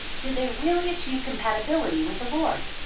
did they really achieve compatibility with the lord?